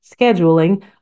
scheduling